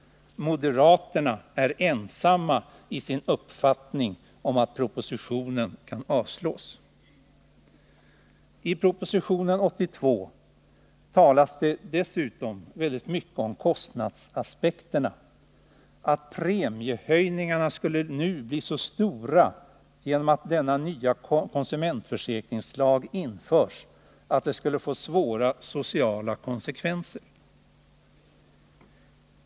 Moderaterna är ensamma i sin uppfattning att propositionen bör avslås. I motionen 82 talas det dessutom mycket om kostnadsaspekterna, att premiehöjningarna nu skulle bli så stora genom att denna nya konsumentförsäkringslag införs, att det skulle få svåra sociala konsekvenser.